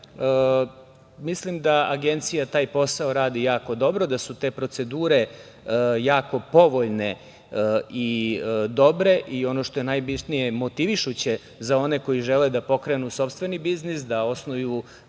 mislim da Agencija taj posao radi jako dobro, da su te procedure jako povoljne i dobro i ono što je najbitnije motivišuće za one koji žele da pokrene sopstveni biznis, da osnuju